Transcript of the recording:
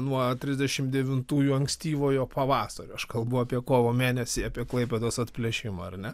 nuo trisdešimt devintųjų ankstyvojo pavasario aš kalbu apie kovo mėnesį apie klaipėdos atplėšimą ar ne